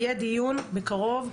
יהיה דיון בקרוב,